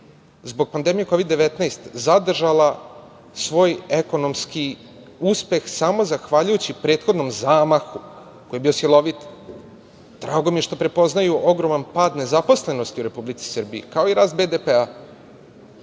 zbog pandemije Kovid-19, zadržala svoj ekonomski uspeh samo zahvaljujući prethodnom zamahu koji je bio silovit. Drago mi je što prepoznaju ogroman pad nezaposlenosti u Republici Srbiji, kao i rast BDP.Nadam